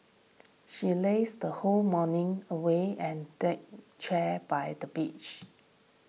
she lazed the whole morning away and the chair by the beach